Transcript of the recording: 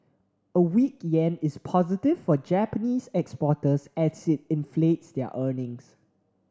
a weak yen is positive for Japanese exporters as it inflates their earnings